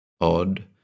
Odd